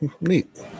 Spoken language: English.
Neat